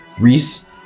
Reese